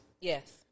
Yes